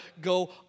go